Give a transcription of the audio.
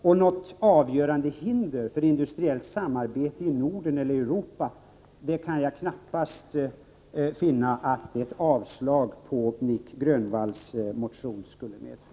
Jag vill tillägga att jag inte kan finna att ett avslag på Nic Grönvalls motion skulle medföra något avgörande hinder för industriellt samarbete i Norden eller i Europa.